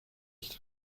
nicht